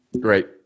Great